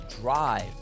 drive